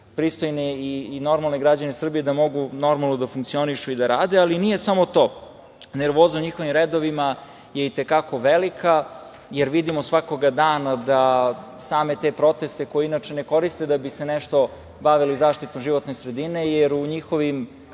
pristojne i normalne građane Srbije da mogu normalno da funkcionišu i da rade. Nije samo to. Nervoza u njihovim redovima je i te kako velika, jer vidimo svakoga dana da same te proteste, koje inače ne koriste da bi se nešto bavili zaštitom životne sredine, jer u njihovim